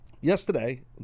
Yesterday